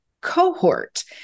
cohort